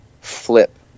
flip